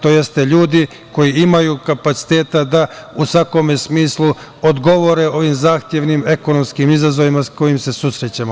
To su ljudi koji imaju kapaciteta da u svakom smislu odgovore ovih zahtevnim ekonomskim izazovima sa kojima se susrećemo.